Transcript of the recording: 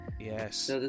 Yes